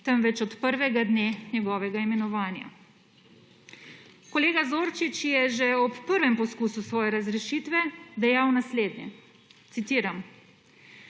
temveč od prvega dne njegovega imenovanja. Kolega Zorčič je že ob prvem poskusu svoje razrešitve dejal naslednje, citiram: